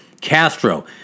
Castro